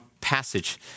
passage